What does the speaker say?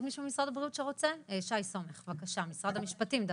שי סומך ממשרד המשפטים.